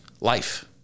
life